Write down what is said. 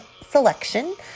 selection